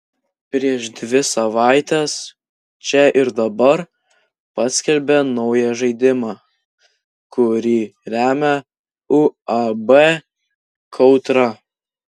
prieš dvi savaites čia ir dabar paskelbė naują žaidimą kurį remia uab kautra